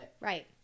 Right